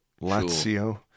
Lazio